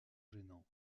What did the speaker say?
gênant